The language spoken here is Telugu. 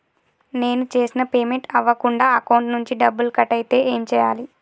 నేను చేసిన పేమెంట్ అవ్వకుండా అకౌంట్ నుంచి డబ్బులు కట్ అయితే ఏం చేయాలి?